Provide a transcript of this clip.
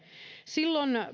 silloin